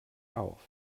auf